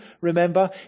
remember